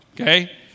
okay